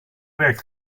werkt